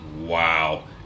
wow